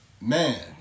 Man